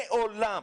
מעולם